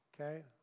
okay